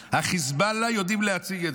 החיזבאללה יודעים להציג את זה,